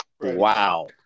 Wow